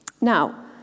Now